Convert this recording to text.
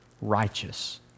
Righteous